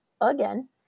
again